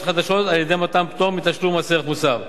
חדשות על-ידי מתן פטור מתשלום מס ערך מוסף.